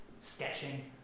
sketching